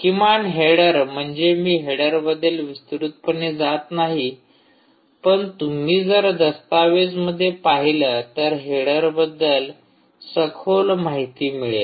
किमान हेडर म्हणजे मी हेडरबद्दल विस्तृतपणे जात नाही पण तुम्ही जर दस्तावेजमध्ये पाहिल तर हेडरबद्दल सखोल माहिती मिळेल